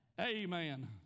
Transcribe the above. Amen